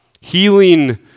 Healing